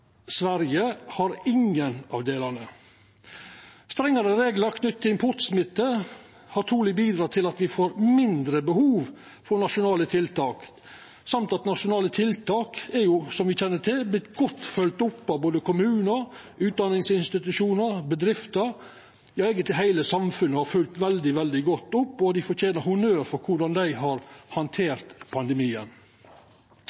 Sverige har ingen av delane. Strengare reglar knytte til importsmitte har truleg bidrege til at me får mindre behov for nasjonale tiltak, og at nasjonale tiltak har, som me kjenner til, vorte godt følgde opp av både kommunar, utdanningsinstitusjonar og bedrifter. Ja, heile samfunnet har eigentleg følgt veldig, veldig godt opp, og dei fortener honnør for korleis dei har